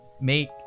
make